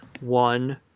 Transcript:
one